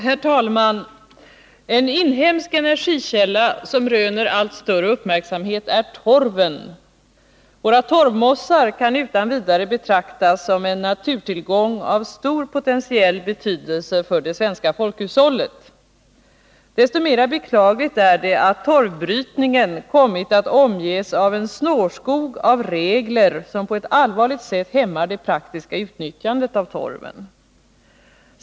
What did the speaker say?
Herr talman! En inhemsk energikälla som röner allt större uppmärksamhet är torven. Våra torvmossar kan utan vidare betraktas som en naturtillgång av stor potentiell betydelse för det svenska folkhushållet. Desto mera beklagligt är det att torvbrytningen kommit att omges av en snårskog av regler som på ett allvarligt sätt hämmar det praktiska utnyttjandet av torven.